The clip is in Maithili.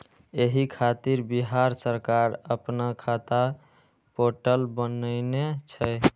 एहि खातिर बिहार सरकार अपना खाता पोर्टल बनेने छै